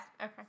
Okay